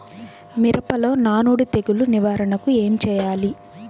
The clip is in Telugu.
మిరపలో నానుడి తెగులు నివారణకు ఏమి చేయాలి?